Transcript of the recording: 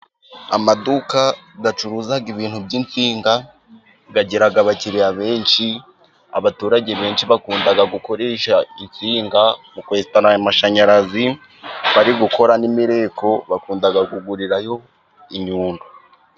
Amaduka acuruza ibintu by'insinga agira abakiriya benshi, abaturage benshi bakunda gukoresha insinga mu kwensitara amashanyarazi, bari gukora n'imireko bakunda kugurirayo inyundo.